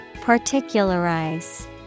Particularize